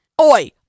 Oi